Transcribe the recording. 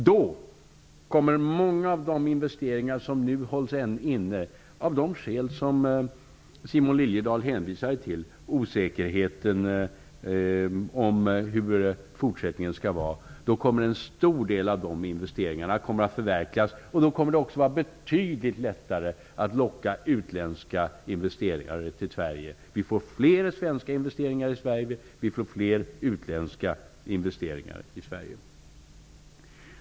Då kommer många av de investeringar som nu hålls inne av de skäl som Simon Liliedahl hänvisade till, bl.a. osäkerheten om framtiden, att förverkligas. Det kommer då också att vara betydligt lättare att locka utländska investeringar till Sverige. Vi får fler svenska investeringar i Sverige, och vi får fler utländska investeringar i Sverige.